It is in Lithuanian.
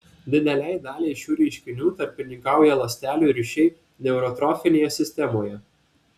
didelei daliai šių reiškinių tarpininkauja ląstelių ryšiai neurotrofinėje sistemoje